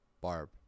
Barb